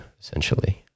essentially